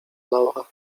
laura